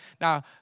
Now